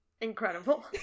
Incredible